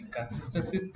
Consistency